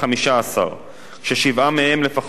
ושבעה מהם לפחות יהיו מקרב הציבור.